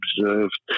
observed